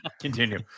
Continue